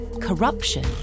corruption